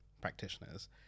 practitioners